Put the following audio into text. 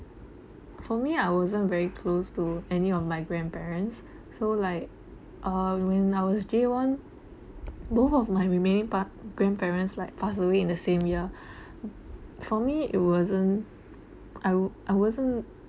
for me I wasn't very close to any of my grandparents so like uh when I was J one both of my remaining pa~ grandparents like passed away in the same year for me it wasn't I I wasn't